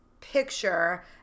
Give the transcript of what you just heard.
picture